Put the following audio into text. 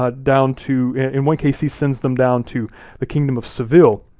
ah down to, in one case he sends them down to the kingdom of seville,